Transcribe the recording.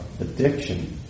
addiction